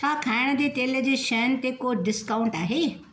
छा खाइणु जे तेल जी शयुनि ते को डिस्काउंटु आहे